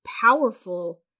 powerful